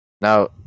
Now